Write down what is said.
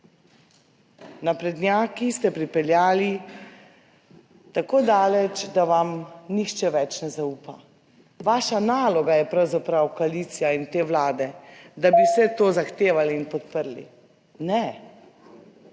Naprednjaki ste pripeljali tako daleč, da vam nihče več ne zaupa. Vaša naloga je pravzaprav koalicija in te Vlade, da bi vse to zahtevali in podprli - ne.